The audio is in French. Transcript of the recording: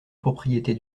propriété